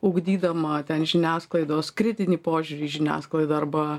ugdydama ten žiniasklaidos kritinį požiūrį žiniasklaida arba